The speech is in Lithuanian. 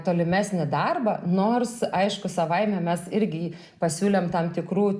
tolimesnį darbą nors aišku savaime mes irgi pasiūlėm tam tikrų